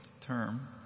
term